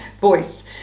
voice